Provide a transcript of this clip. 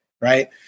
right